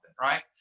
right